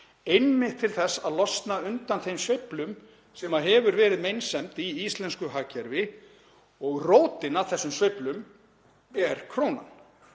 einmitt til þess að losna undan sveiflum, sem hefur verið meinsemd í íslensku hagkerfi og rótin að þessum sveiflum hér er krónan.